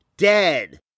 Dead